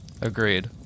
Agreed